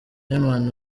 heman